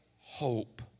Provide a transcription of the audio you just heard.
hope